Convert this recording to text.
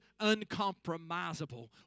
uncompromisable